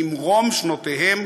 ממרום שנותיהם,